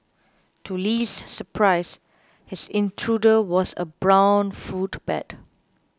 to Li's surprise his intruder was a brown fruit bat